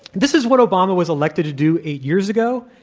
this is what obama was elected to do eight years ago,